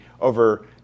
over